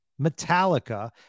Metallica